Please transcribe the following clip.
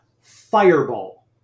Fireball